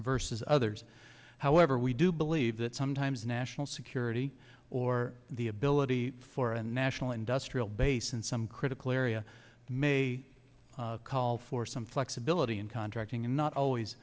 versus others however we do believe that sometimes national security or the ability for a national industrial base in some critical area may call for some flexibility in contracting and not always